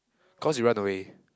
cause he run away